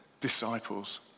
disciples